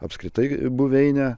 apskritai buveinę